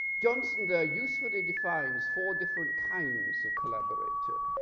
jonson usefully identifies four different kinds of collaborator.